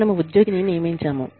మనము ఉద్యోగిని నియమించాము